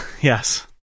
yes